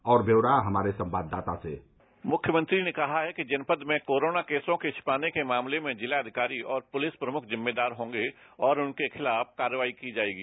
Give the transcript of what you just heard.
और ब्यौरा हमारे संवाददाता से मुख्यमंत्री ने कहा है कि जनपद में कोरोना केसों के छिपाने के मामले में जिला अधिकारी और पुलिस प्रमुख जिम्मेदार होंगे और उनके खिलाफ कार्रवाई की जाएगी